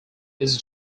its